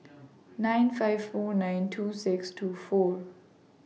nine five four nine two six two four